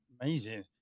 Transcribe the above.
amazing